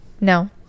No